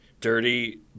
dirty